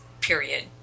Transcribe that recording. period